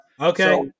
Okay